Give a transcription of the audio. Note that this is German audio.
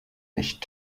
echt